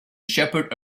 shepherd